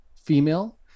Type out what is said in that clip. female